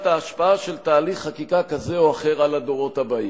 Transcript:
ההשפעה של תהליך חקיקה כזה או אחר על הדורות הבאים.